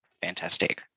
fantastic